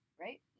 right